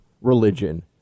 religion